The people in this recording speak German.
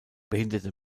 behinderte